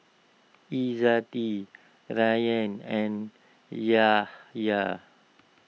Izzati Rayyan and Yahya